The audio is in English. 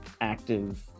active